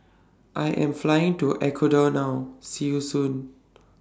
I Am Flying to Ecuador now See YOU Soon